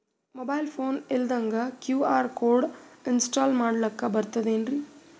Mobile phone ಇಲ್ದಂಗ QR code install ಮಾಡ್ಲಕ ಬರ್ತದೇನ್ರಿ?